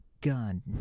gun